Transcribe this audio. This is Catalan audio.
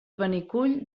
benicull